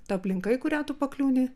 ta aplinka į kurią tu pakliūni